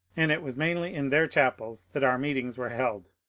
and it was mainly in their chapels that our meetings were held.